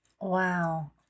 Wow